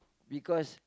because